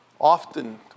Often